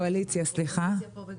האופוזיציה כאן בגדול.